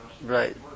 Right